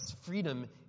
freedom